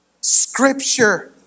scripture